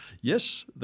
yes